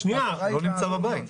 הוא לא נמצא בבית.